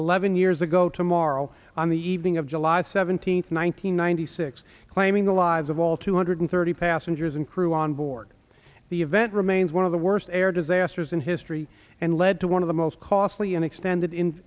eleven years ago tomorrow on the evening of july seventeenth one thousand nine hundred six claiming the lives of all two hundred thirty passengers and crew on board the event remains one of the worst air disasters in history and led to one of the most costly and extended in